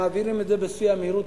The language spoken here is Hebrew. מעבירים את זה בשיא המהירות,